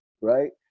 right